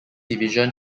division